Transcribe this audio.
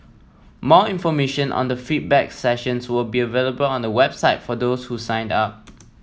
more information on the feedback sessions will be available on the website for those who signed up